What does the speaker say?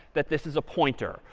that this is a pointer.